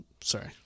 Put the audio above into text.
Sorry